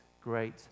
great